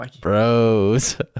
Bros